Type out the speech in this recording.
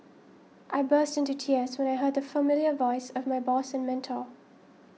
I burst into tears when I heard the familiar voice of my boss and mentor